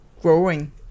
growing